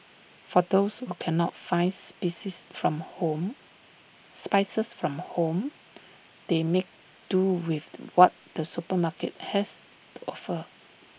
for those who cannot finds spices from home spices from home they make do with the what the supermarket has to offer